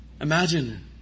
Imagine